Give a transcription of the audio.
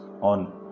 on